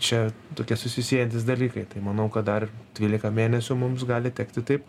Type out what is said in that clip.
čia tokie susisiejantys dalykai tai manau kad dar dvylika mėnesių mums gali tekti taip